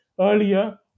earlier